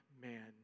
man